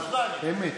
אמת.